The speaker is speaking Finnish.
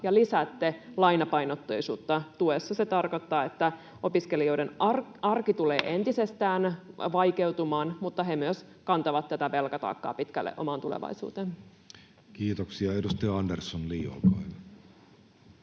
ja lisäätte lainapainotteisuutta tuessa. Se tarkoittaa, että opiskelijoiden arki tulee entisestään vaikeutumaan, mutta he myös kantavat tätä velkataakkaa pitkälle omaan tulevaisuutensa. [Speech 80] Speaker: